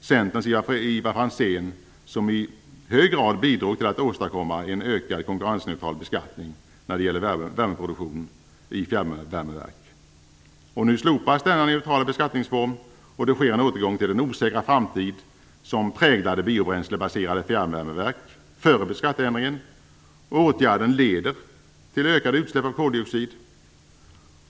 Centerns Ivar Franzén som i hög grad bidrog till att åstadkomma en mer konkurrensneutral beskattning när det gäller värmeproduktion i fjärrvärmeverk. Nu slopas denna neutrala beskattningsform, och det sker en återgång till den osäkra framtid som präglade biobränslebaserade fjärrvärmeverk före beskattningsändringen. Åtgärden leder till ökade utsläpp av koldioxid.